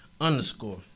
underscore